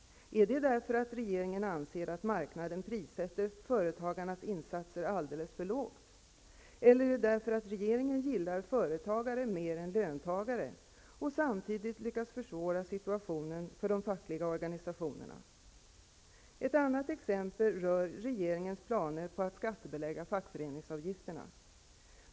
Är anledningen att regeringen anser att marknaden prissätter företagarnas insatser alldeles för lågt? Eller är anledningen att regeringen gillar företagare mer än löntagare och samtidigt lyckas försvåra situationen för de fackliga organisationerna? Ett annat exempel rör regeringens planer på att skattebelägga fackföreningsavgifterna.